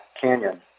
Canyon